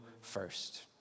first